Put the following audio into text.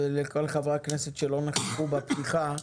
לכל חברי הכנסת שלא נכחו בפתיחה,